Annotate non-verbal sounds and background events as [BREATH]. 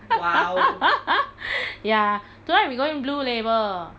[LAUGHS] [BREATH] ya tonight we going blue label